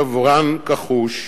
נברן כחוש,